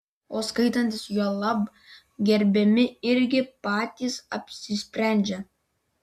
o skaitantys juolab gerbiami irgi patys apsisprendžia